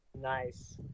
nice